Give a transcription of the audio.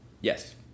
Yes